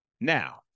Now